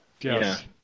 Yes